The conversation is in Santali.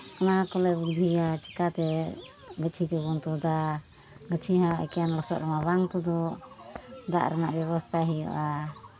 ᱚᱱᱟ ᱠᱚᱞᱮ ᱵᱩᱫᱽᱫᱷᱤᱭᱟ ᱪᱤᱠᱟᱹᱛᱮ ᱜᱟᱪᱷᱤ ᱠᱚᱵᱚᱱ ᱛᱩᱫᱟ ᱜᱟᱪᱷᱤ ᱢᱟ ᱮᱠᱮᱱ ᱞᱚᱥᱚᱫ ᱨᱮᱢᱟ ᱵᱟᱝ ᱛᱩᱫᱩᱜ ᱫᱟᱜ ᱨᱮᱭᱟᱜ ᱵᱮᱵᱚᱥᱛᱟᱭ ᱦᱩᱭᱩᱜᱼᱟ